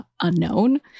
unknown